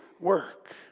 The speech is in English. work